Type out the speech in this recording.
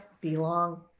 belong